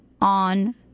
on